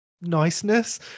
niceness